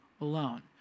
alone